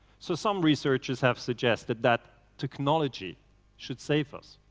so some researchers have suggested that technology should save us.